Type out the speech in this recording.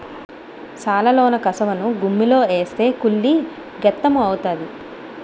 సాలలోన కసవను గుమ్మిలో ఏస్తే కుళ్ళి గెత్తెము అవుతాది